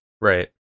Right